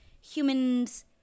humans